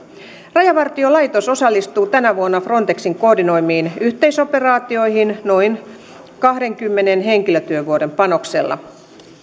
rajavartiolaitos osallistuu tänä vuonna frontexin koordinoimiin yhteisoperaatioihin noin kahdenkymmenen henkilötyövuoden panoksella